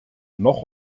noch